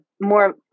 more